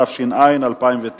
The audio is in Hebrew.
התש"ע 2009,